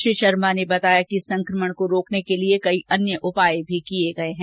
श्री शर्मा ने बताया कि संकमण को रोकने के लिए कई अन्य उपाय भी किए गए हैं